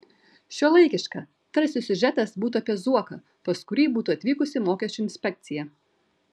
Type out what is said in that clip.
šiuolaikiška tarsi siužetas būtų apie zuoką pas kurį būtų atvykusi mokesčių inspekcija